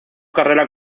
carrera